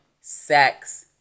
sex